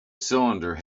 cylinder